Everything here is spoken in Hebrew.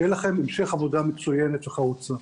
שיהיה לכם המשך עבודה מצוינת וחרוצה.